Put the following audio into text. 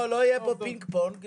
לא, לא יהיה פה פינג פונג.